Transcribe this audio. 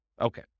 Okay